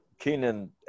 Keenan